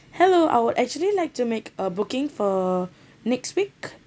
hello I would actually like to make a booking for next week